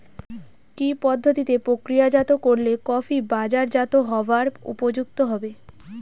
কি পদ্ধতিতে প্রক্রিয়াজাত করলে কফি বাজারজাত হবার উপযুক্ত হবে?